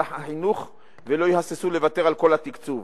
החינוך ולא יהססו לוותר על כל התקציב.